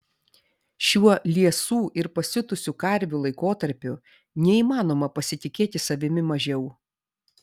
šiuo liesų ir pasiutusių karvių laikotarpiu neįmanoma pasitikėti savimi mažiau